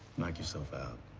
knock yourself out,